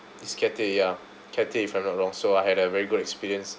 it's Cathay ya Cathay if I'm not wrong so I had a very good experience